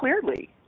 clearly